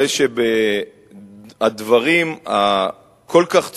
הרי שהדברים הכל-כך צבועים,